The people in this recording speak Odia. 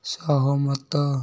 ସହମତ